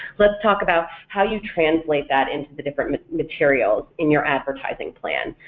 let's talk about how you translate that into the different materials in your advertising plan.